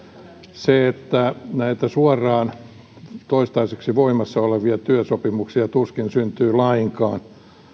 se että suoraan näitä toistaiseksi voimassa olevia työsopimuksia tuskin syntyy lainkaan